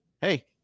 hey